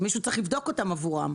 מישהו צריך לבדוק אותם עבורם.